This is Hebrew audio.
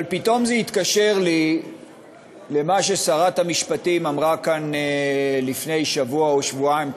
אבל פתאום זה התקשר לי למה ששרת המשפטים אמרה כאן לפני שבוע או שבועיים,